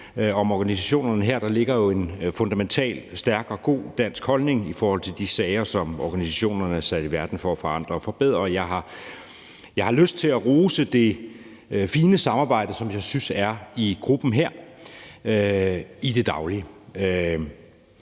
om organisationerne her ligger jo en fundamental, stærk og god dansk holdning i forhold til de sager, som organisationerne er sat i verden for at forandre og forbedre. Jeg har lyst til at rose det fine samarbejde, som jeg synes der er i gruppen her i det daglige.